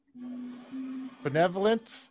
Benevolent